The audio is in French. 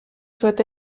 soient